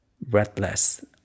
breathless